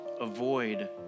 avoid